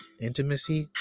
Intimacy